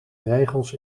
regels